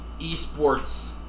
esports